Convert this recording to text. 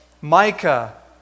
Micah